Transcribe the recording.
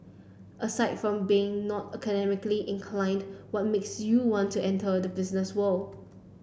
aside from being not academically inclined what makes you want to enter the business world